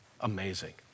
amazing